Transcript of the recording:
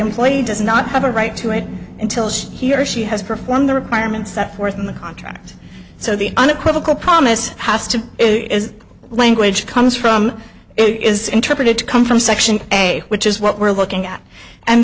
employee does not have a right to it until she he or she has performed the requirements set forth in the contract so the unequivocal promise has to language comes from it is interpreted to come from section a which is what we're looking at and